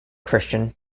christian